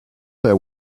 their